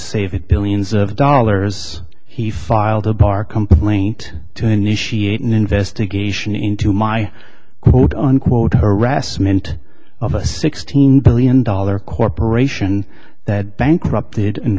save it billions of dollars he filed a bar complaint to initiate an investigation into my quote unquote harassment of a sixteen billion dollar corporation that bankrupted